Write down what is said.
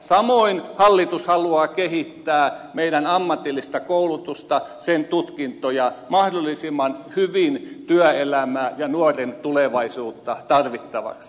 samoin hallitus haluaa kehittää meidän ammatillista koulutustamme sen tutkintoja mahdollisimman hyvin työelämässä ja nuoren tulevaisuudessa tarvittavaksi